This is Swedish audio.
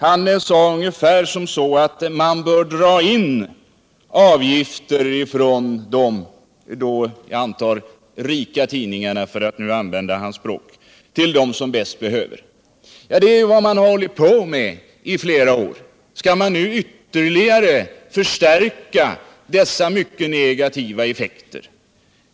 Han sade ungefär så här: Man bör dra in avgifter från dem — jag antar han menar rika tidningar, för att använda hans språk — till dem som bäst behöver. Det är ju vad man hållit på med i flera år. Skall man nu ytterligare förstärka dessa mycket negativa effekter?